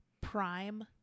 prime